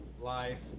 life